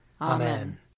Amen